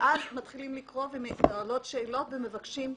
ואז מועלות שאלות, מבקשים השלמות,